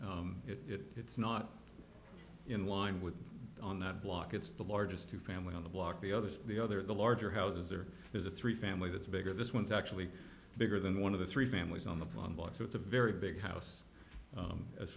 block it it's not in line with on that block it's the largest two family on the block the others the other the larger houses there is a three family that's bigger this one's actually bigger than one of the three families on the phone book so it's a very big house